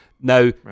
Now